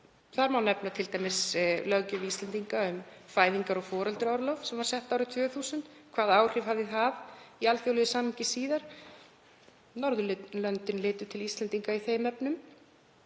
Þar má t.d. nefna löggjöf Íslendinga um fæðingar- og foreldraorlof sem var sett árið 2000. Hvaða áhrif hafði það í alþjóðlegu samhengi síðar? Norðurlöndin litu til Íslendinga í þeim efnum.